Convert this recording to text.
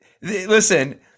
Listen